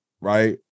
right